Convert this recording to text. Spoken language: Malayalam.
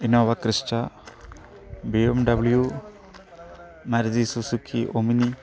Innova Crysta B M W Maruti Suzuki Omni